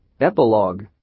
Epilogue